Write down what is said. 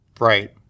Right